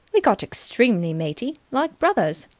we got extremely matey. like brothers.